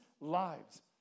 lives